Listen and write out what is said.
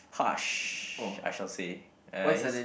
harsh I shall say uh he's